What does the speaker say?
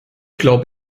glaube